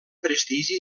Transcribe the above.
prestigi